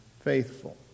faithful